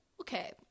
Okay